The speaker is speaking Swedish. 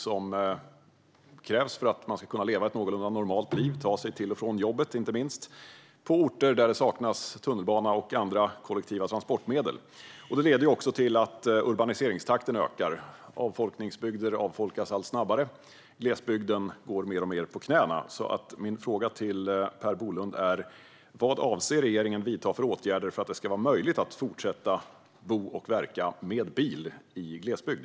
Bilen krävs för att man ska kunna leva ett någorlunda normalt liv och för att man, inte minst, ska kunna ta sig till och från jobbet på orter där det saknas tunnelbana och andra kollektiva transportmedel. Detta leder också till att urbaniseringstakten ökar. Avfolkningsbygder avfolkas allt snabbare. Glesbygden går mer och mer på knäna. Min fråga till Per Bolund är: Vad avser regeringen att vidta för åtgärder för att det ska vara möjligt att fortsätta bo och verka med bil i glesbygd?